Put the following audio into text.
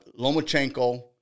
Lomachenko